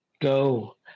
Go